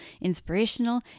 inspirational